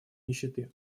нищеты